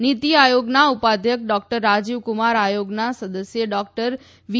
નીતી આયોગના ઉપાધ્યક ડોકટર રાજીવ કુમાર આયોગના સદસ્ય ડોકટર વી